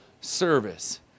service